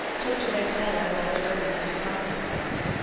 took to their cellar while the germans set the house on fire,